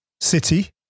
City